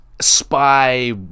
spy